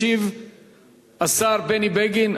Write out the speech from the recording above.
ישיב השר בני בגין.